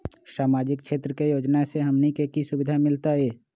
सामाजिक क्षेत्र के योजना से हमनी के की सुविधा मिलतै?